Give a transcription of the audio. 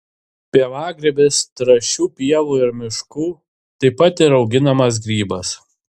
pievagrybis trąšių pievų ir miškų taip pat ir auginamas grybas